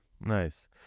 Nice